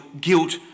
guilt